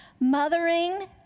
mothering